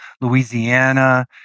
Louisiana